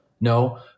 No